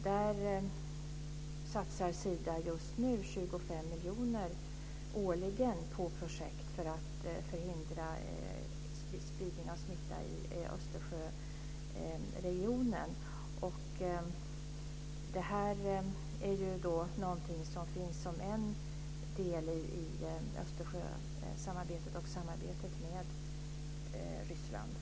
Där satsar Sida just nu 25 miljoner årligen på projekt för att förhindra spridning av smitta i Östersjöregionen. Detta är någonting som finns som en del i Östersjösamarbetet och samarbetet med Ryssland.